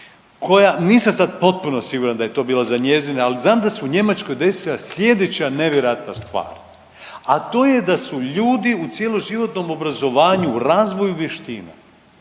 koja nisam sad potpuno siguran da je to bilo za njezine, ali znam da se u Njemačkoj desila slijedeća nevjerojatna stvar, a to je da su ljudi u cjeloživotnom obrazovanju u razvoju vještina